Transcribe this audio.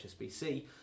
HSBC